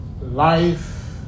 Life